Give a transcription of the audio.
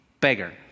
beggar